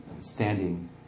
standing